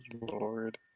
Lord